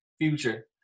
future